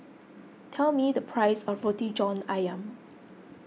tell me the price of Roti John Ayam